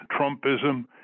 Trumpism